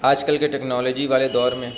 آج کل کے ٹیکنالوجی والے دور میں